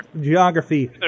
Geography